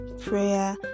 prayer